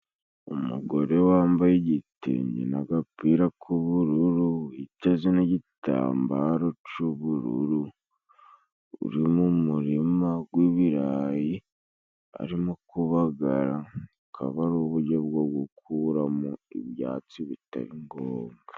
Umugore wambaye igitinge n'agapira k'ubururu witeze n'igitambaro c'ubururu uri mu murima gw'ibirayi ,arimo kubagara akaba ari uburyo bwo gukuramo ibyatsi bitari ngombwa.